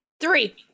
three